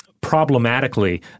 problematically